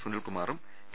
സുനിൽകുമാറും K